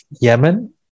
Yemen